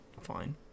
fine